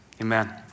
amen